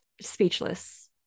speechless